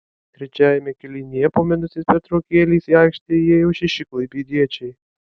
trečiajame kėlinyje po minutės pertraukėlės į aikštę įėjo šeši klaipėdiečiai